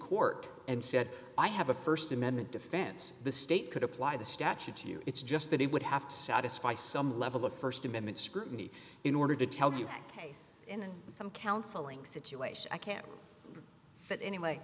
court and said i have a st amendment defense the state could apply the statute to you it's just that it would have to satisfy some level of st amendment scrutiny in order to tell you that case in some counseling situation i can't but anyway